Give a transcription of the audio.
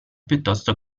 piuttosto